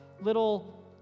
little